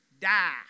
die